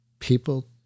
People